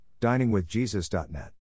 diningwithjesus.net